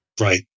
Right